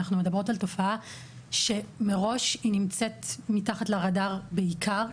אנחנו מדברות על תופעה שמראש היא נמצאת מתחת לרדאר בעיקר,